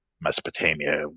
Mesopotamia